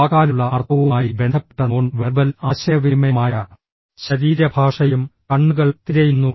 വാക്കാലുള്ള അർത്ഥവുമായി ബന്ധപ്പെട്ട നോൺ വെർബൽ ആശയവിനിമയമായ ശരീരഭാഷയും കണ്ണുകൾ തിരയുന്നു